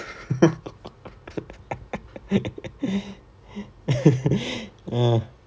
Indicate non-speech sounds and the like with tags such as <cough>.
<laughs>